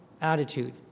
attitude